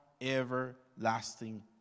everlasting